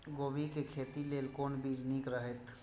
कोबी के खेती लेल कोन बीज निक रहैत?